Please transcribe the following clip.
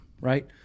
right